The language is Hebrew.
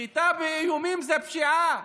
סחיטה באיומים זו פשיעה.